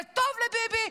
זה טוב לביבי,